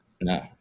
No